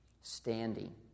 standing